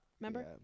Remember